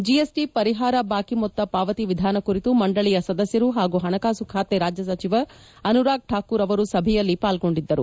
GST ಪರಿಹಾರ ಬಾಕಿ ಮೊತ್ತ ಪಾವತಿ ವಿಧಾನ ಕುರಿತು ಮಂಡಳಿಯ ಸದಸ್ಯರು ಹಾಗೂ ಹಣಕಾಸು ಖಾತೆ ರಾಜ್ಞ ಸಚಿವ ಅನುರಾಗ್ ಠಾಕೂರ್ ಅವರು ಸಭೆಯಲ್ಲಿ ಪಾಲ್ಗೊಂಡಿದ್ದರು